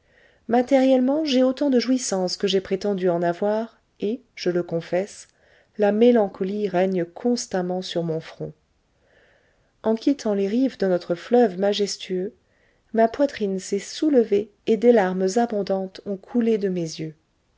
matériellement j'ai autant de jouissances que j'ai prétendu en avoir et je le confesse la mélancolie règne constamment sur mon front en quittant les rives de notre fleuve majestueux ma poitrine s'est soulevée et des larmes abondantes ont coulé de mes yeux